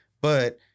But-